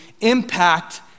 impact